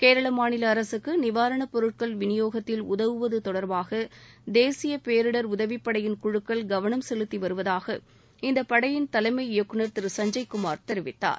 கேரளா மாநில அரசுக்கு நிவாரணப் பொருட்கள் விநியோகத்தில் உதவுவது தொடா்பாக தேசியப்பேரிடர் உதவி படையின் குழுக்கள் கவணம் செலுத்திவருவதூக இந்தப்படையின் தலைமை இயக்குநர் திரு சஞ்சய்குமார் தெரிவித்தார்